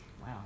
Wow